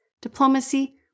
diplomacy